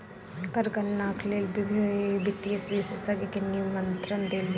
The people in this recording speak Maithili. कर गणनाक लेल वित्तीय विशेषज्ञ के निमंत्रण देल गेल